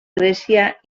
grècia